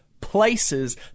places